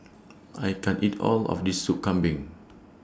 I can't eat All of This Sup Kambing